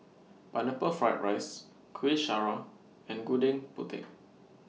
Pineapple Fried Rice Kuih Syara and Gudeg Putih